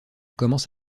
commence